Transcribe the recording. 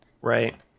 Right